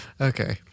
Okay